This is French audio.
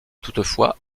toutefois